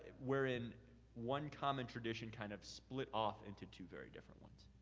wherein one common tradition kind of split off into two very different ones.